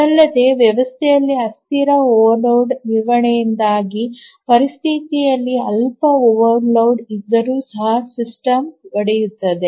ಇದಲ್ಲದೆ ವ್ಯವಸ್ಥೆಯಲ್ಲಿ ಅಸ್ಥಿರ ಓವರ್ಲೋಡ್ ನಿರ್ವಹಣೆಯಿಂದಾಗಿ ಪರಿಸ್ಥಿತಿಯಲ್ಲಿ ಅಲ್ಪ ಓವರ್ಲೋಡ್ ಇದ್ದರೂ ಸಹ ಸಿಸ್ಟಮ್ ಒಡೆಯುತ್ತದೆ